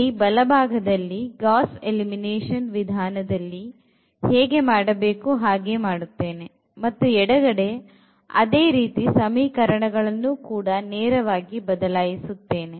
ಇಲ್ಲಿ ಬಲಭಾಗದಲ್ಲಿ Gauss elimination ವಿಧಾನದಲ್ಲಿ ಹೇಗೆ ಮಾಡಬೇಕು ಹಾಗೆ ಮಾಡುತ್ತೇನೆ ಮತ್ತು ಎಡಗಡೆ ಅದೇ ರೀತಿ ಸಮೀಕರಣಗಳನ್ನು ಕೂಡ ನೇರವಾಗಿ ಬದಲಾಯಿಸುತ್ತೇನೆ